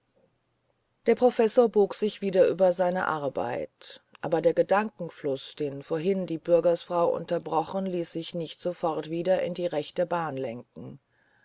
der professor bog sich wieder über seine arbeit aber der gedankenfluß den vorhin die bürgersfrau unterbrochen ließ sich nicht sofort wieder in die rechte bahn lenken